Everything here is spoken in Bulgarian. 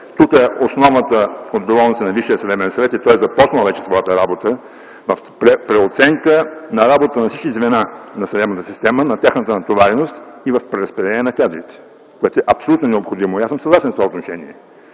Тук основната отговорност е на Висшия съдебен съвет и той е започнал вече своята работа в преоценка работата на всички звена на съдебната система, на тяхната натовареност и в преразпределение на кадрите, което е абсолютно необходимо и аз съм съгласен в това отношение.